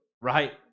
right